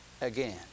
again